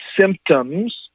symptoms